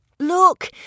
Look